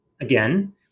again